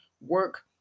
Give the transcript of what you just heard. work